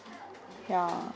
ya